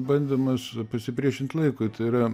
bandymas pasipriešint laikui tai yra